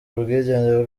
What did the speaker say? ubwigenge